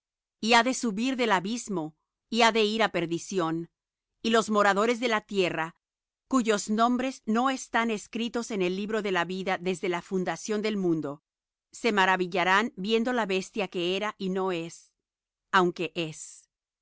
ha de subir del abismo y ha de ir á perdición y los moradores de la tierra cuyos nombres no están escritos en el libro de la vida desde la fundación del mundo se maravillarán viendo la bestia que era y no es aunque es